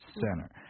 center